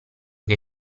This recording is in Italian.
che